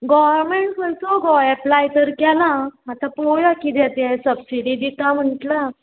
government खंयचो गो apply तर केलां आतां पळोवया किदें तें सबसिडी दिता म्हटलां